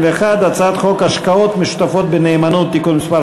21); הצעת חוק השקעות משותפות בנאמנות (תיקון מס'